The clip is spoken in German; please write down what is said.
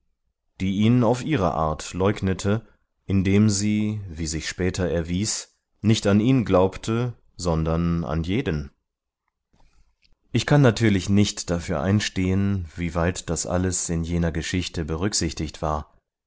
die ihn auf ihre art leugnete indem sie wie sich später erwies nicht an ihn glaubte sondern an jeden ich kann natürlich nicht dafür einstehen wie weit das alles in jener geschichte berücksichtigt war